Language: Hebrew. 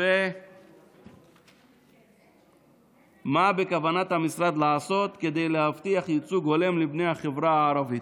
3. מה בכוונת המשרד לעשות כדי להבטיח ייצוג הולם לבני החברה הערבית?